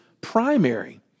primary